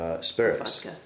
spirits